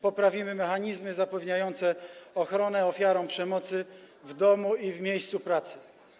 Poprawimy mechanizmy zapewniające ochronę ofiarom przemocy w domu i w miejscu pracy.